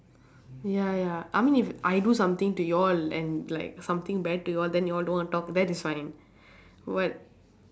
ya ya I mean if I do something to you all and like something bad to you all then you all don't want to talk that is fine but